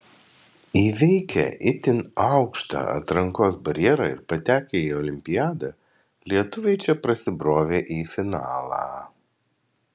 įveikę itin aukštą atrankos barjerą ir patekę į olimpiadą lietuviai čia prasibrovė į finalą